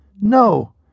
No